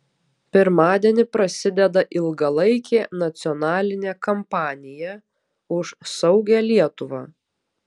pirmadienį prasideda ilgalaikė nacionalinė kampanija už saugią lietuvą